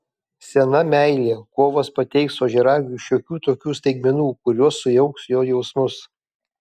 sena meilė kovas pateiks ožiaragiui šiokių tokių staigmenų kurios sujauks jo jausmus